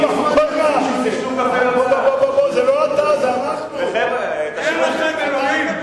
אין לכם אלוהים.